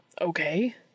okay